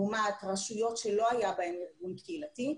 לעומת רשויות שלא היה בהם ארגון קהילתי.